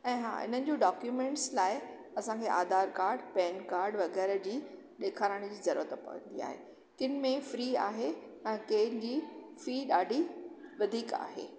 ऐं हा हिननि जूं डॉक्यूमेंटस लाइ असांखे आधार काड पैन काड वग़ैरह जी ॾेखारण जी ज़रूरत पवंदी आहे कंहिं में फ्री आहे ऐं कंहिं में फी ॾाढी वधीक आहे